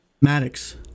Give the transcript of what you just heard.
Maddox